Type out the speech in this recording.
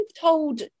told